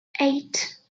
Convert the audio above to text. eight